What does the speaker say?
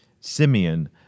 Simeon